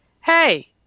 hey